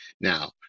Now